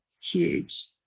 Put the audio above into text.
huge